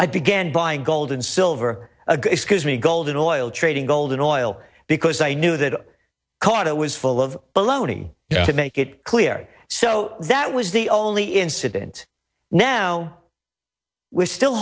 i began buying gold and silver a good excuse me gold and oil trading gold and oil because i knew that i caught it was full of baloney to make it clear so that was the only incident now we're still